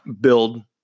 build